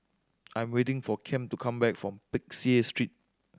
I'm waiting for Kem to come back from Peck Seah Street